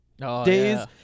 days